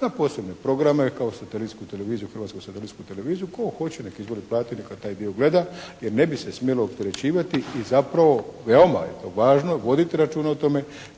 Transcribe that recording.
na posebne programe kao satelitsku televiziju, Hrvatsku satelitsku televiziju. Tko hoće, neka izvoli, plati, neka taj dio gleda jer ne bi se smjelo opterećivati i zapravo veoma je to važno, voditi računa o tome